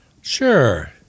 Sure